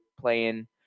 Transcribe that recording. playing